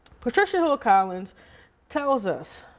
patricia hill collins tells us,